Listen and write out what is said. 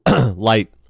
light